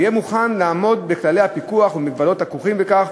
ויהיה מוכן לעמוד בכללי הפיקוח ובמגבלות הכרוכים בכך,